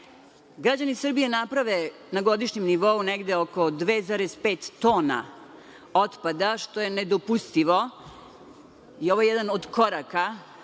Srbije naprave na godišnjem nivou negde oko 2,5 tona otpada, što je nedopustivo. Ovo je jedan od koraka,